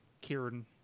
Kieran